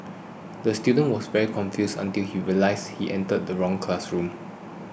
the student was very confused until he realised he entered the wrong classroom